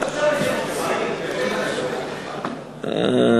קבור שם איזה נוצרי.